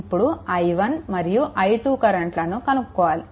ఇప్పుడు మనం i1 మరియు i2 కరెంట్లను కనుక్కోవాలి